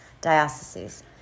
dioceses